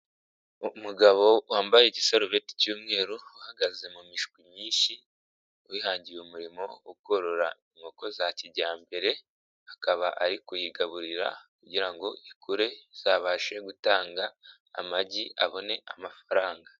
Umugabo wambaye igisarubeti cy'umweru uhagaze mu mishwi myinshi wihangiye umurimo wo korora inkoko za kijyambere akaba ari kuyigaburira kugira ngo ikure zibashe gutanga amagi abone ku mafaranga.